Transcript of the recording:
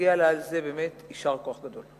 ומגיע לה על זה יישר כוח גדול.